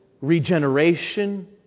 regeneration